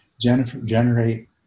generate